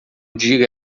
diga